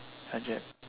!huh! jap~